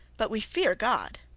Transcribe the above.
but we fear god.